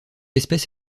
espèce